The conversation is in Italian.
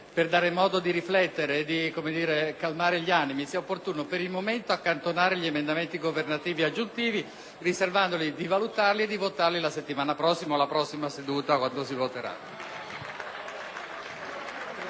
per dare modo di riflettere e di calmare gli animi, sia opportuno, per il momento, accantonare gli emendamenti governativi aggiuntivi, riservandoci di valutarli e votarli nella prossima seduta. *(Applausi dal